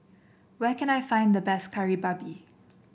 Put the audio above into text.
where can I find the best Kari Babi